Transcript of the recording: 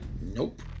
Nope